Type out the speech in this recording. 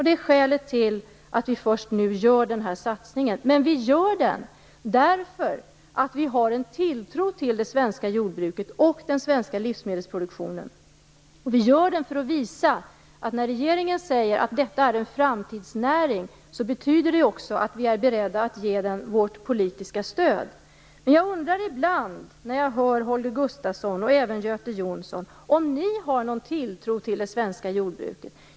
Det är skälet till att vi först nu gör den här satsningen. Men vi gör den därför att vi har en tilltro till det svenska jordbruket och den svenska livsmedelsproduktionen. Vi gör den vidare för att visa att regeringen när den säger att detta är en framtidsnäring också är beredd att ge den sitt politiska stöd. Men jag undrar ibland när jag hör Holger Gustafsson och även Göte Jonsson om ni har någon tilltro till det svenska jordbruket.